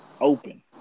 open